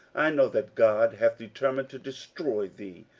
i know that god hath determined to destroy thee,